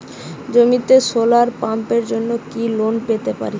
জমিতে সোলার পাম্পের জন্য কি লোন পেতে পারি?